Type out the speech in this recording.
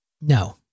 No